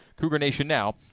CougarNationNow